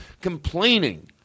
Complaining